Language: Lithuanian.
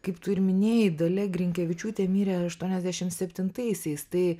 kaip tu ir minėjai dalia grinkevičiūtė mirė aštuoniasdešimt septintaisiais tai